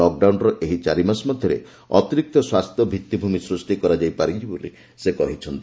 ଲକଡାଉନର ଏହି ଚାରିମାସ ମଧ୍ୟରେ ଅତିରିକ୍ତ ସ୍ୱାସ୍ଥ୍ୟ ଭିଭିଭୂମି ସୃଷ୍ଟି କରାଯାଇ ପାରିଛି ବୋଲି ସେ କହିଛନ୍ତି